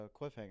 Cliffhanger